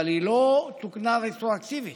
אבל לא תוקנה רטרואקטיבית,